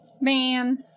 Man